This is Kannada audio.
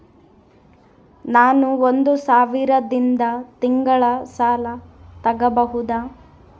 ನಾನು ಒಂದು ಸಾವಿರದಿಂದ ತಿಂಗಳ ಸಾಲ ತಗಬಹುದಾ?